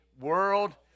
world